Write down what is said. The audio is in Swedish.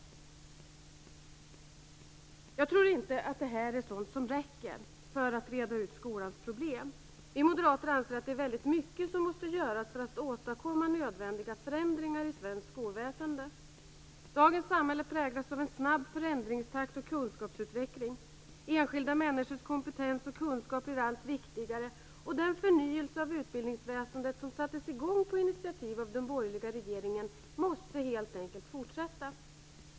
Jag tror inte att detta är sådant som räcker för att reda ut skolans problem. Vi moderater anser att det är väldigt mycket som måste göras för att åstadkomma nödvändiga förändringar i svenskt skolväsende. Dagens samhälle präglas av en snabb förändringstakt och kunskapsutveckling. Enskilda människors kompetens och kunskap blir allt viktigare. Den förnyelse av utbildningsväsendet som sattes i gång på initiativ av den borgerliga regeringen måste helt enkelt fortsätta.